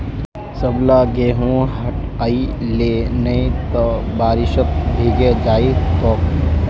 सबला गेहूं हटई ले नइ त बारिशत भीगे जई तोक